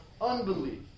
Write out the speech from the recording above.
unbelief